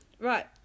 right